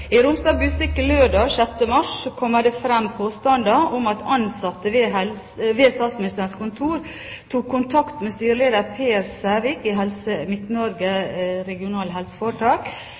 lørdag 6. mars kommer det fram påstander om at ansatte ved Statsministerens kontor tok kontakt med styreleder Per Sævik i Helse